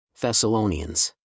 Thessalonians